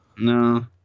No